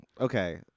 okay